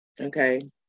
Okay